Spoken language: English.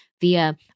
Via